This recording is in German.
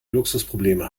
luxusprobleme